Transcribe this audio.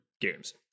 games